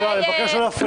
אני מבקש לא להפריע לה.